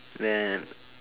then